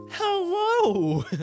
Hello